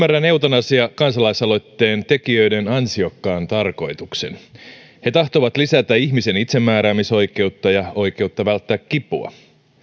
eutanasiakansalaisaloitteen tekijöiden ansiokkaan tarkoituksen he tahtovat lisätä ihmisen itsemääräämisoikeutta ja oikeutta välttää kipua